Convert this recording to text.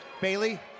Bailey